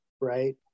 right